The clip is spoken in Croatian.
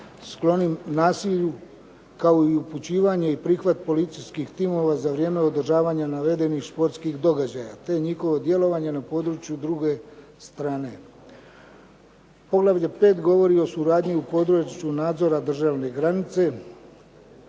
sklonim nasilju kao i upućivanje i prihvat policijskih timova za vrijeme održavanja navedenih športskih događaja te njihovo djelovanje na području druge strane. Poglavlje 5 govori o suradnji u području nadzora državne granice.